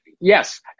Yes